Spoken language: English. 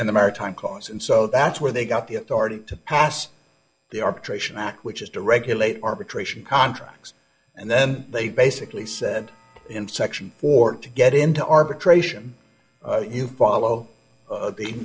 in the maritime cause and so that's where they got the authority to pass the arbitration act which is to regulate arbitration contracts and then they basically said in section or to get into arbitration you follow